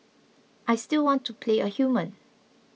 I still want to play a human